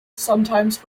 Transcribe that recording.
sometimes